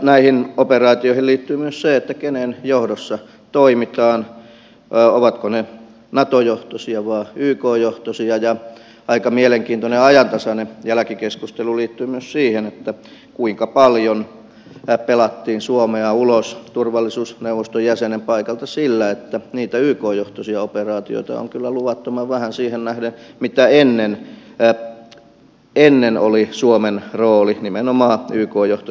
näihin operaatioihin liittyy myös se kenen johdossa toimitaan ovatko ne nato johtoisia vai yk johtoisia ja aika mielenkiintoinen ajantasainen jälkikeskustelu liittyy myös siihen kuinka paljon pelattiin suomea ulos turvallisuusneuvoston jäsenen paikalta sillä että niitä yk johtoisia operaatioita on kyllä luvattoman vähän siihen nähden mikä ennen oli suomen rooli nimenomaan yk johtoisissa rauhanturvaoperaatioissa